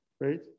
right